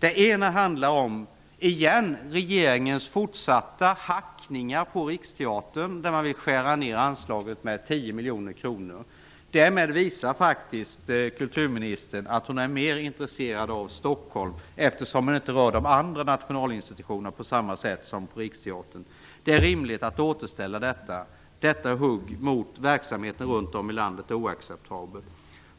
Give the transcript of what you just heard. Den ena gäller regeringens fortsatta hackningar på Riksteatern. Man föreslår en minskning av anslaget till Riksteatern med 10 miljoner kronor. Därmed visar faktiskt kulturministern att hon är mer intresserad av Stockholm än av landet i övrigt, eftersom hon inte drar ner anslagen till de andra nationalinstitutionerna på samma sätt som när det gäller Riksteatern. Detta hugg mot teaterverksamheten runt om i landet är oacceptabelt,